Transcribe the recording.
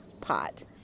pot